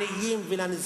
לעניים ולנזקקים.